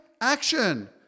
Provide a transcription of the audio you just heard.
action